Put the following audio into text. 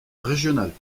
régionale